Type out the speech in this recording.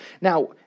Now